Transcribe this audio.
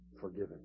Forgiven